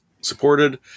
supported